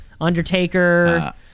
Undertaker